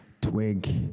twig